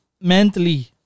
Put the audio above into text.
mentally